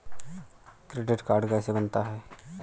Credit card कैसे बनता है?